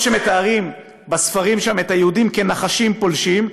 או שמתארים בספרים שם את היהודים כנחשים פולשים,